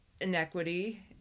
inequity